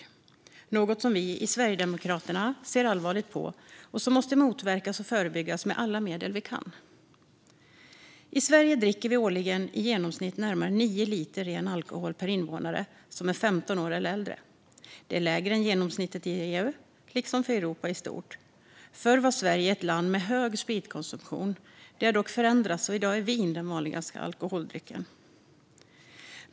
Detta är något som vi i Sverigedemokraterna ser allvarligt på, och det måste motverkas och förebyggas med alla medel som finns. I Sverige dricker vi årligen i genomsnitt närmare 9 liter ren alkohol per invånare som är 15 år och äldre. Det är lägre än genomsnittet för EU, liksom för Europa i stort. Förr var Sverige ett land med hög spritkonsumtion. Detta har dock förändrats, och i dag är vin den vanligaste alkoholdrycken.